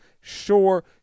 Sure